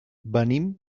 venim